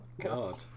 God